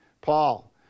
Paul